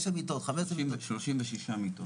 9 מיטות --- 36 מיטות.